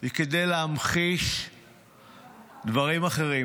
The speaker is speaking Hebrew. היא כדי להמחיש דברים אחרים.